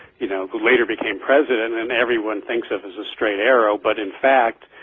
you know go later became president and everyone thinks of as a straight arrow but in fact